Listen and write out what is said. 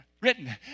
written